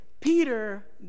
Peter